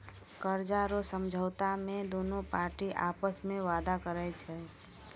कर्जा रो समझौता मे दोनु पार्टी आपस मे वादा करै छै